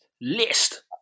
list